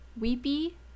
weepy